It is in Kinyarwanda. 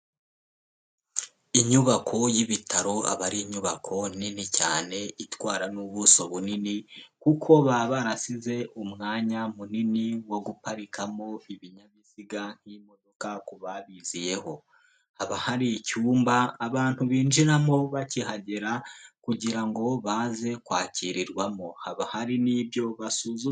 Inyubako y'ibitaro aba ari inyubako nini cyane, itwara n'ubuso bunini, kuko baba barasize umwanya munini wo guparikamo ibinyabiziga nk'imodoka ku babiziyeho. Haba hari icyumba, abantu binjiramo bakihagera, kugira ngo baze kwakirirwamo. Haba hari n'ibyo basuzum...